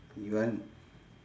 you want